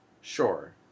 Sure